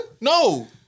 No